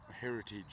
heritage